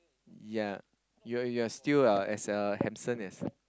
ya you're you're still uh as a handsome as